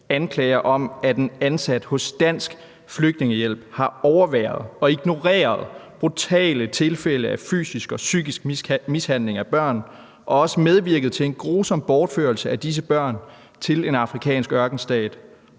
anklager om, at en ansat hos Dansk Flygtningehjælp har overværet og ignoreret brutale tilfælde af fysisk og psykisk mishandling af børn og medvirket til en grusom bortførelse af disse børn til en afrikansk ørkenstat,